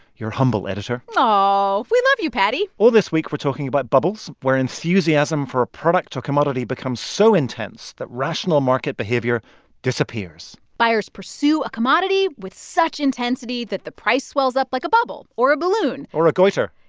your humble editor oh, we love you, paddy all this week, we're talking about bubbles, where enthusiasm for a product or commodity becomes so intense that rational market behavior disappears buyers pursue a commodity with such intensity that the price swells up like a bubble or a balloon. or a goiter.